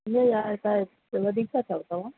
वीह हज़ार त वधीक था चओ तव्हां